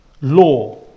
law